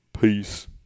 peace